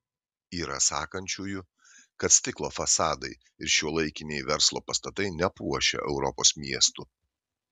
yra sakančiųjų kad stiklo fasadai ir šiuolaikiniai verslo pastatai nepuošia europos miestų